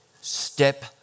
step